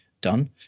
done